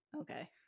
okay